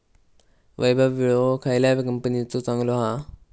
वैभव विळो खयल्या कंपनीचो चांगलो हा?